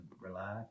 relax